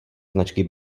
značky